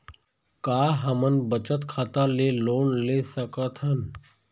का हमन बचत खाता ले लोन सकथन?